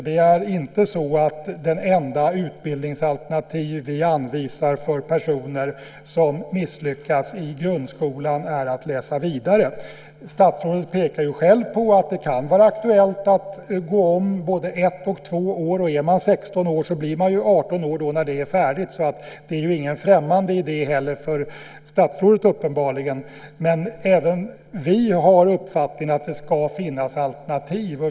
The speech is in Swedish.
Det är inte så att det enda utbildningsalternativ vi anvisar för personer som misslyckats i grundskolan är att läsa vidare. Statsrådet pekar själv på att det kan vara aktuellt att gå om både ett och två år. Är man 16 år blir man 18 år när det är färdigt. Det är uppenbarligen inte heller någon främmande idé för statsrådet. Men även vi har uppfattningen att det ska finnas alternativ.